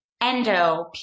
endo